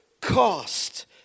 cost